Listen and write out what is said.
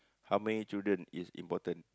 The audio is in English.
how many children is important